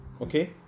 okay